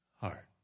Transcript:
heart